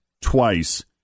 twice